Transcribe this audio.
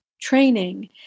training